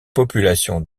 population